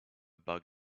bug